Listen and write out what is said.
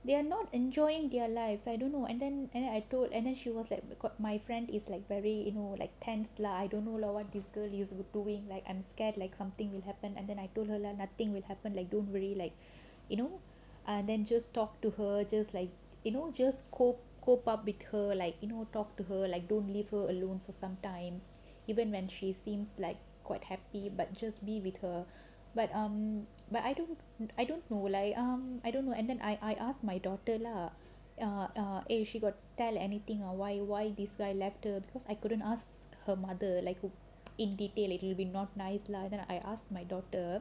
they are not enjoying their lives I don't know and then and then I told and then she was like because my friend is like very you know like tense lah I don't know lah what this girl is doing like I'm scared like something will happen and then I told her like nothing will happen like don't worry like you know ah then just talk to her just like you know just cop~ cope up with her like you know talk to her like don't leave her alone for some time even when she seems like quite happy but just be with her but um but I don't I don't know leh I don't know and then I I ask my daughter lah err err she got tell anything or why why this guy left the because I couldn't ask her mother like in detail it will not be nice lah then I ask my daughter